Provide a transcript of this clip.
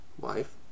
wife